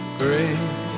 great